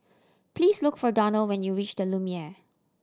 please look for Donald when you reach The Lumiere